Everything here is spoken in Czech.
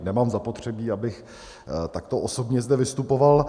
Nemám zapotřebí, abych takto osobně zde vystupoval.